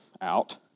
out